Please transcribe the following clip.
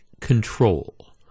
control